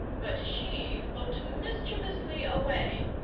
but she looked mischievously away,